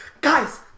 guys